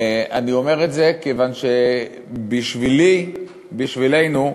אני אומר את זה כיוון שבשבילי, בשבילנו,